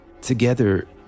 Together